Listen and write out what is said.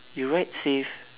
you ride safe